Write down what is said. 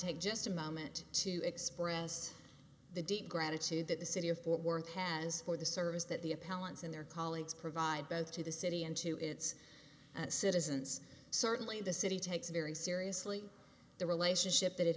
take just a moment to express the deep gratitude that the city of fort worth has for the service that the appellants and their colleagues provide both to the city and to its citizens certainly the city takes very seriously the relationship that it